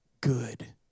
good